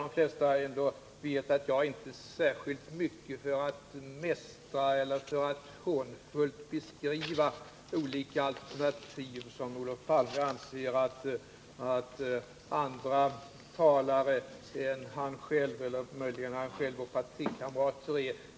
De flesta vet nog också att jag inte är särskilt mycket för att mästra eller för att hånfullt beskriva olika alternativ, något som Olof Palme anser att andra talare än han själv är, möjligen med undantag av hans partikamrater.